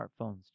smartphones